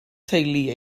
teulu